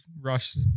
Rush